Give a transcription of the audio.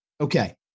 Okay